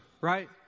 right